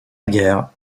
guerre